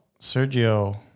Sergio